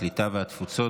הקליטה והתפוצות.